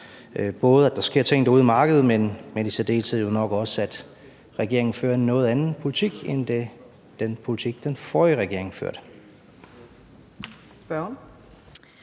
både, at der sker ting derude i markedet, men i særdeleshed nok også, at regeringen fører en noget anden politik end den politik, den forrige regering førte.